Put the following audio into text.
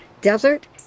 desert